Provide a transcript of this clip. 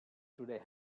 today